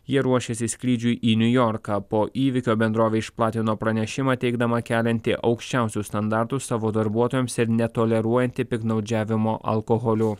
jie ruošėsi skrydžiui į niujorką po įvykio bendrovė išplatino pranešimą teigdama kelianti aukščiausius standartus savo darbuotojams ir netoleruojanti piktnaudžiavimo alkoholiu